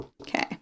Okay